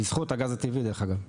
בזכות הגז הטבעי דרך אגב.